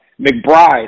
McBride